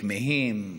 כמהים,